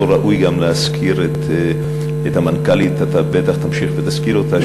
פה ראוי גם להזכיר את המנכ"לית אתה בטח תמשיך ותזכיר אותה,